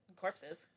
corpses